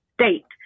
state